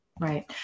Right